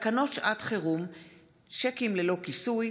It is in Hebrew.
תקנות שעת חירום (שיקים ללא כיסוי),